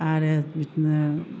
आरो बिदिनो